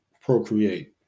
procreate